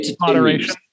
moderation